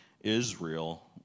Israel